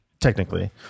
technically